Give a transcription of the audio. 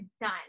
done